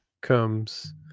comes